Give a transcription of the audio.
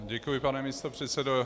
Děkuji, pane místopředsedo.